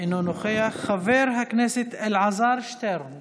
אינו נוכח, חבר הכנסת אלעזר שטרן